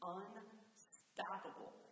unstoppable